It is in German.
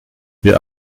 wir